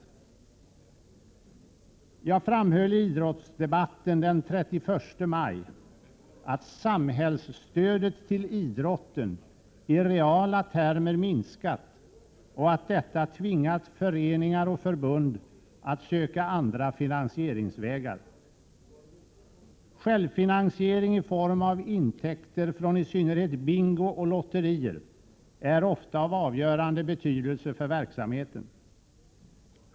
Jag framhöll i idrottsdebatten den 31 maj att samhällsstödet till idrotten har minskat i reala termer och att detta har tvingat föreningar och förbund att söka andra finansieringsvägar. Självfinansiering i form av intäkter från i synnerhet bingo och lotterier är ofta av avgörande betydelse för verksamheten.